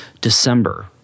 December